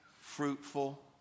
fruitful